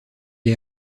est